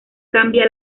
cambia